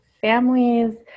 families